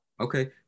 Okay